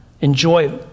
enjoy